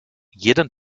jeden